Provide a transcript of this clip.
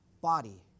body